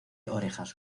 orejas